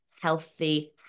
healthy